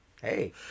hey